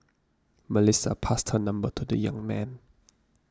Melissa passed her number to the young man